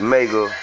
Mega